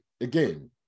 again